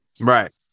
right